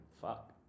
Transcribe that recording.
Fuck